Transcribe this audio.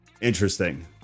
Interesting